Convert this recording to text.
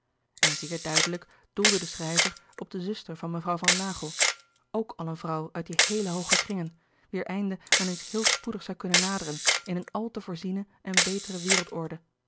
en zeer duidelijk doelde de schrijver op de zuster van mevrouw van naghel ook al een vrouw uit die heele hooge kringen wier einde wel eens heel spoedig zoû kunnen naderen in een al te voorziene en betere